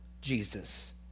Jesus